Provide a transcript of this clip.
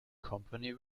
company